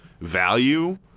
value